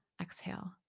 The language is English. exhale